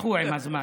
שהתפתחו עם הזמן.